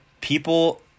People